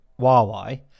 Huawei